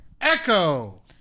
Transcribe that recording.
Echo